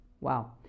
Wow